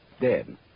dead